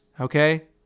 Okay